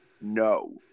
no